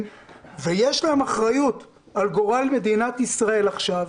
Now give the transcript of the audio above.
ויש להם אחריות על גורל מדינת ישראל עכשיו,